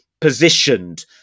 positioned